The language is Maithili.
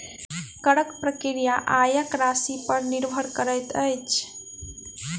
करक प्रक्रिया आयक राशिपर निर्भर करैत अछि